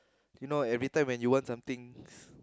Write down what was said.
you know every time when you want something